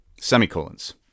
Semicolons